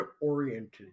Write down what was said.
oriented